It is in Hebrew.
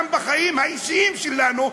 אפילו גם בחיים האישיים שלנו,